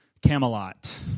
Camelot